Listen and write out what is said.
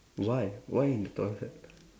why why in the toilet